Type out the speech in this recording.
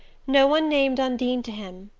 no one named undine to him,